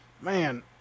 man